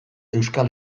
euskal